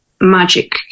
magic